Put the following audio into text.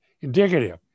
indicative